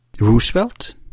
Roosevelt